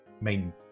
main